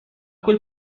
quel